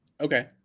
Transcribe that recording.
okay